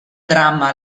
dramma